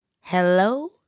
Hello